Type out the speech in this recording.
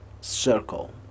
circle